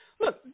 Look